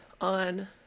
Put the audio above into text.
on